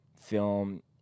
film